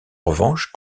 revanche